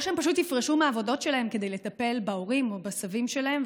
או שהם פשוט יפרשו מהעבודות שלהם כדי לטפל בהורים או בסבים שלהם.